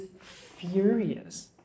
furious